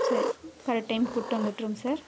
சரி கரெக்ட் டைம்க்கு கூட்டு வந்து விட்டுருங்க சார்